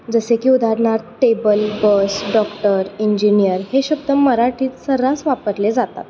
जसे की उदाहरणार्थ टेबल बस डॉक्टर इंजिनियर हे शब्द मराठीत सर्रास वापरले जातात